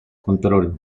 control